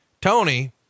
Tony